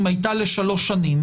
שנה.